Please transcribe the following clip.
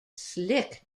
slick